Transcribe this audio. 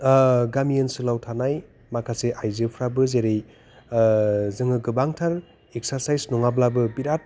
गामि ओनसोलाव थानाय माखासे आइजोफ्राबो जेरै जोङो गोबांथार एक्सारसाइस नङाब्लाबो बिराद